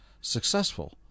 successful